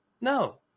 No